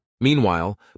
Meanwhile